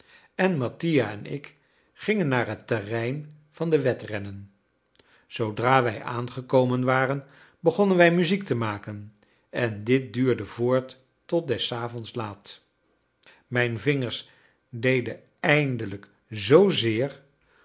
en mattia en ik gingen naar het terrein van de wedrennen zoodra wij aangekomen waren begonnen wij muziek te maken en dit duurde voort tot des avonds laat mijn vingers deden eindelijk zoo zeer